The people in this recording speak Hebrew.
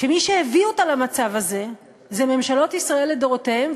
שמי שהביאו אותה למצב הזה אלו ממשלות ישראל לדורותיהן.